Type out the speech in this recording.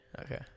Okay